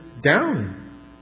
down